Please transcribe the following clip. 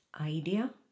idea